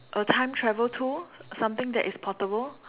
a time travel tool something that is portable